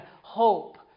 hope